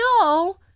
no